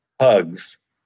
hugs